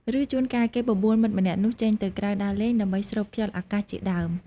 ឬ ជួនកាល គេបបួលមិត្តម្នាក់នោះចេញទៅក្រៅដើរលេង ដើម្បីស្រូបខ្យល់អាកាសជាដើម។